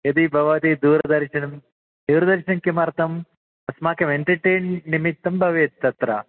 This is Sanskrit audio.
यदि भवती दूरदर्शनं दूरदर्शनं किमर्थम् अस्माकं एन्टर्टैन् निमित्तं भवेत् तत्र